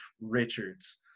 Richards